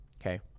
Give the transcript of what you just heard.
Okay